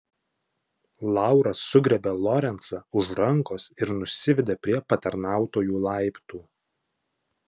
laura sugriebė lorencą už rankos ir nusivedė prie patarnautojų laiptų